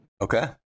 Okay